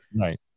Right